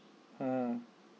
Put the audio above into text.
mm